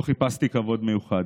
לא חיפשתי כבוד מיוחד.